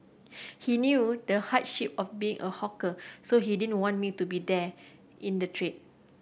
he knew the hardship of being a hawker so he didn't want me to be there in the trade